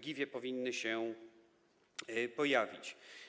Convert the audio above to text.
GIF-ie powinny się pojawić.